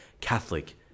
Catholic